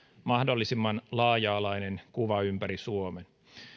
mahdollisimman laaja alainen kuva ympäri suomen